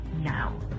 now